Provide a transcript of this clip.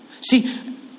See